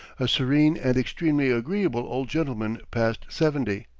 a serene and extremely agreeable old gentleman past seventy.